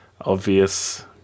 obvious